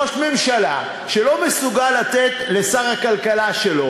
ראש ממשלה שלא מסוגל לתת לשר הכלכלה שלו